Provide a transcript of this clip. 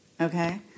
Okay